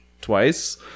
twice